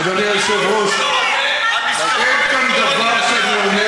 אדוני היושב-ראש, אין כאן דבר שאני אומר